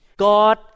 God